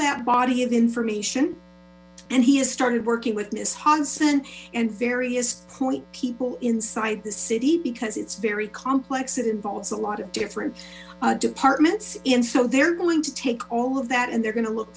that body information and he has started working with miss hudson and various point people inside the city beause it's very complex it involves a lot of different departments and so they're going to take all of that and they're going to look